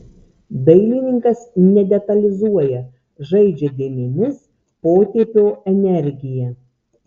dailininkas nedetalizuoja žaidžia dėmėmis potėpio energija